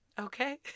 okay